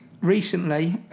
recently